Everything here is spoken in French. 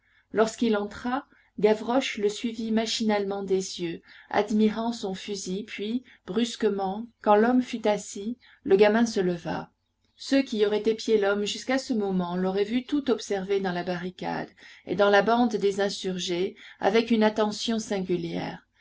lorsqu'il entra gavroche le suivit machinalement des yeux admirant son fusil puis brusquement quand l'homme fut assis le gamin se leva ceux qui auraient épié l'homme jusqu'à ce moment l'auraient vu tout observer dans la barricade et dans la bande des insurgés avec une attention singulière